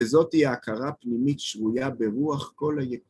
וזאת היא ההכרה פנימית שרויה ברוח כל היקום.